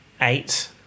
eight